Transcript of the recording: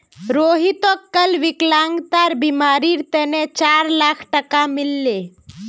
रोहितक कल विकलांगतार बीमार तने चार लाख टका मिल ले